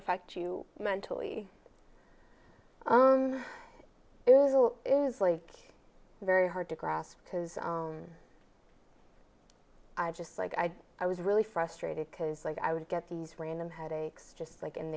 affect you mentally is like very hard to grasp because i just like i i was really frustrated because like i would get these random headaches just like and